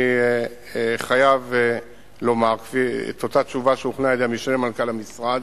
אני חייב לומר את אותה תשובה שהוכנה על-ידי המשנה למנכ"ל המשרד: